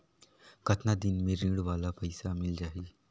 कतना दिन मे ऋण वाला पइसा मिल जाहि?